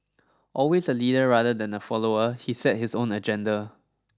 always a leader rather than a follower he set his own agenda